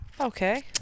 Okay